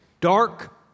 dark